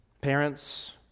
parents